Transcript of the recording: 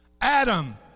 Adam